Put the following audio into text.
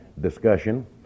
discussion